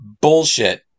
Bullshit